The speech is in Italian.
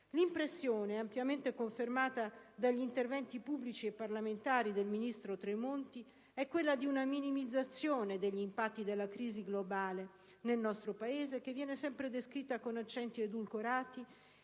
L'impressione, ampiamente confermata dagli interventi pubblici e parlamentari del ministro Tremonti, è quella di una minimizzazione degli impatti della crisi globale nel nostro Paese, che viene sempre descritta con accenti edulcorati